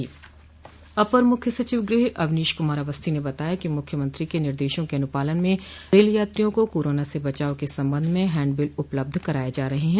अपर मुख्य सचिव गृह अवनीश कुमार अवस्थी ने बताया कि मुख्यमंत्री के निर्देशों के अनुपालन में रेल यात्रियों को कोरोना से बचाव के संबंध में हैंड बिल उपलब्ध कराये जा रहे हैं